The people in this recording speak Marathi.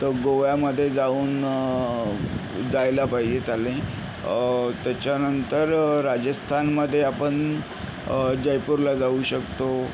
तर गोव्यामध्ये जाऊन जायला पाहिजे त्याला त्याच्यानंतर राजस्थानमध्ये आपण जयपूरला जाऊ शकतो